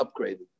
upgraded